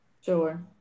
Sure